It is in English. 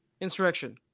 Insurrection